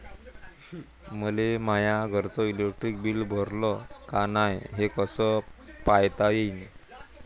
मले माया घरचं इलेक्ट्रिक बिल भरलं का नाय, हे कस पायता येईन?